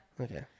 Okay